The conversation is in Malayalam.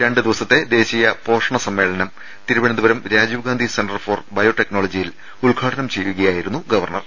രണ്ട് ദിവസത്തെ ദേശീയ പോഷണ സമ്മേളനം Thiruvananthapuram Rajiv Gandhi centre for bio ടെക്നോളജിയിൽ ഉദ്ഘാടനം ചെയ്യുകയായിരുന്നു ഗവർണർ